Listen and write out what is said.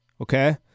okay